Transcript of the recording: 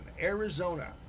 Arizona